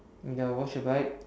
wait ah wash your bike